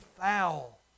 foul